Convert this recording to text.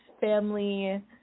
family